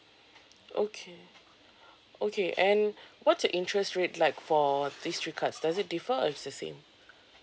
okay okay and what's your interest rate like for these three cards does it differ or it's the same